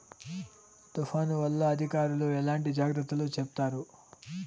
తుఫాను వల్ల అధికారులు ఎట్లాంటి జాగ్రత్తలు చెప్తారు?